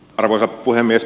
arvoisa puhemies